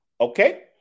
Okay